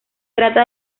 trata